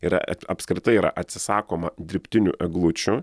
yra apskritai yra atsisakoma dirbtinių eglučių